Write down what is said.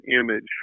image